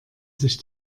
sich